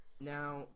Now